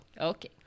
Okay